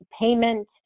payment